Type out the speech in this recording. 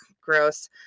gross